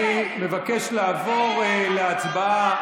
אני מבקש לעבור להצבעה.